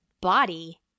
body